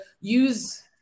use